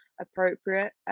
appropriate